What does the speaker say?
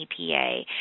EPA